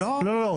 לא,